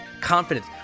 confidence